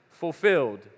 fulfilled